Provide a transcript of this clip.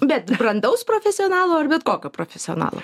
bet brandaus profesionalo ar bet kokio profesionalo